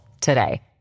today